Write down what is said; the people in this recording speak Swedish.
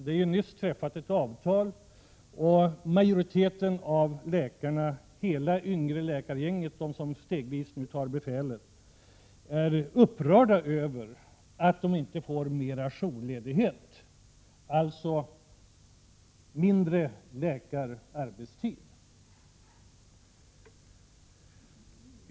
Det har nyss träffats ett avtal, och majoriteten av läkarna — hela det yngre läkargänget, de som nu stegvis tar befälet — är upprörda över att de inte får mer jourledighet, alltså mindre läkararbetstid.